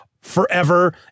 forever